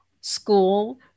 school